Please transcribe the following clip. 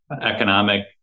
economic